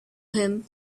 him